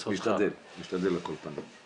משתדל, משתדל על כל פנים.